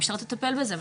המשטרה תטפל בזה,